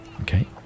Okay